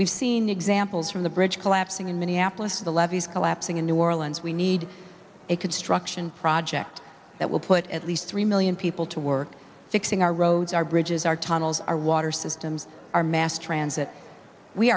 we've seen examples from the bridge collapsing in minneapolis the levies collapsing in new orleans we need a construction project that will put at least three million people to work fixing our roads our bridges our tunnels our water systems our mass transit we